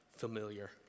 familiar